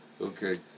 Okay